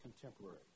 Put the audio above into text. contemporary